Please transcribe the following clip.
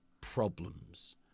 problems